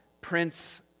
Prince